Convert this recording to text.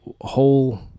whole